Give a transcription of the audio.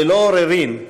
ללא עוררין,